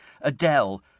Adele